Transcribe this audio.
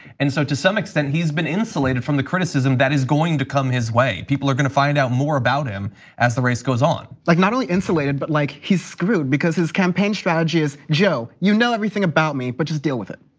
and so to some extent, he's been insulated from the criticism that is going to come his way, people are going to find out more about him as the race goes on. like not only insulated but like he's screwed because his campaign strategy is joe, you know everything about me, but just deal with it.